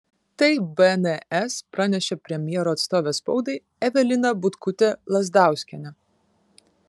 tai bns pranešė premjero atstovė spaudai evelina butkutė lazdauskienė